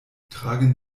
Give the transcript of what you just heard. tragen